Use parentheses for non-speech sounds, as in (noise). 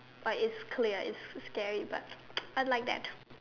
like it's clear it's scary but (noise) I like that